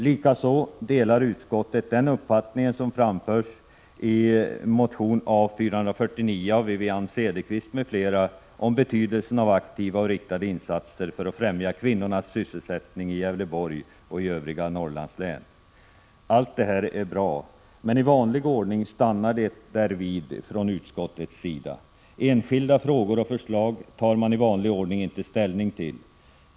Likaså delar utskottet den uppfattning som framförs i motion A449 av Wivi-Anne Cederqvist m.fl. om betydelsen av aktiva och riktade insatser för att främja kvinnornas sysselsättning i Gävleborgs län och i övriga Norrlandslän. Allt detta är bra. Men i vanlig ordning stannar det därvid från utskottets sida. Enskilda frågor och förslag tar man i vanlig ordning inte ställning till.